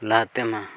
ᱞᱟᱦᱟᱛᱮ ᱢᱟ